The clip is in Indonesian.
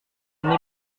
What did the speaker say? ini